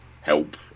help